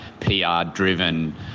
PR-driven